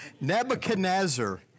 Nebuchadnezzar